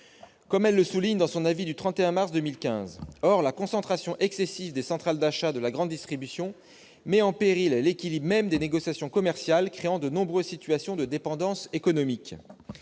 comme elle le souligne dans son avis du 31 mars 2015. Or la concentration excessive des centrales d'achat de la grande distribution met en péril l'équilibre même des négociations commerciales, créant de nombreuses situations de dépendance économique.